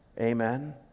Amen